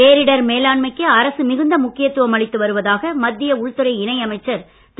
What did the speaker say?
பேரிடர் மேலாண்மைக்கு அரசு மிகுந்த முக்கியத்துவம் அளித்து வருவதாக மத்திய உள்துறை இணையமைச்சர் திரு